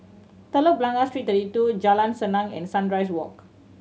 Telok Blangah Street Thirty Two Jalan Senang and Sunrise Walk